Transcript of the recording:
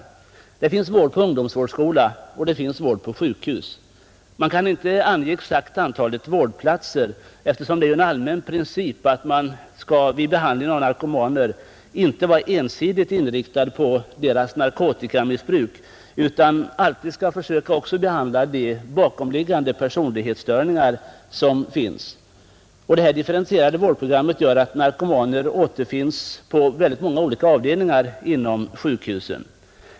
Det ges vård på ungdomsvårdsskola och på sjukhus. Man kan inte ange det exakta antalet vårdplatser, eftersom det är en allmän princip att man vid behandlingen av narkomaner inte skall vara ensidigt inriktad på patienternas narkotikamissbruk utan alltid försöker att också behandla de bakomliggande personlighetsstörningar som finns. Detta differentierade vårdprogram gör att narkomaner återfinns på många olika avdelningar inom sjukhusen.